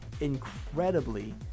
incredibly